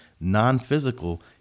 non-physical